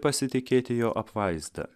pasitikėti jo apvaizda